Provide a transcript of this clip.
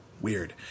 Weird